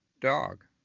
Dog